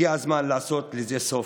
הגיע הזמן לעשות לזה סוף.